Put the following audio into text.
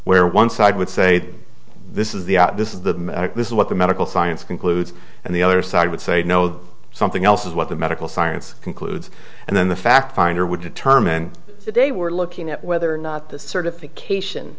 where one side would say this is the out this is the this is what the medical science concludes and the other side would say no the something else is what the medical science concludes and then the fact finder would determine that they were looking at whether or not the certification